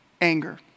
Anger